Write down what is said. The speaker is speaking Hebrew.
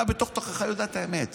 אתה בתוך-תוכך יודע את האמת.